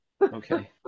Okay